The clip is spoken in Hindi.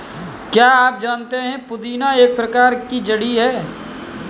क्या आप जानते है पुदीना एक प्रकार की जड़ी है